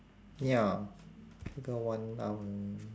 ya we got one hour